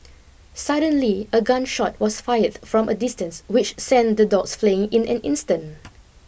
suddenly a gun shot was fired from a distance which sent the dogs fleeing in an instant